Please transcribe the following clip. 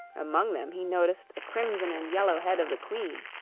among them he noticed the crimson and yellow head of the queen,